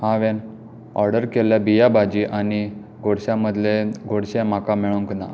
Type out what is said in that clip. हांवेन ऑर्डर केल्ल्या बियां भाजी आनी गोडशा मदलें गोडशें म्हाका मेळूंक ना